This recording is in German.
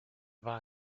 war